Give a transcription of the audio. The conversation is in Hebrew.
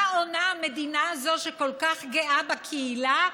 מה עונה המדינה הזאת, שכל כך גאה בקהילה?